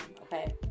okay